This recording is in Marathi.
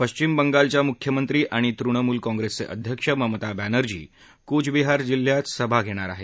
पश्चिम बंगालच्या मुख्यमंत्री आणि तृणमूल काँग्रसचे अध्यक्ष ममता वेनर्जी कूचबहार जिल्ह्यात सभा घेणार आहेत